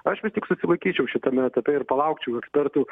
aš vis tik susilaikyčiau šitame etape ir palaukčiau ekspertų